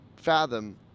fathom